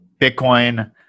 Bitcoin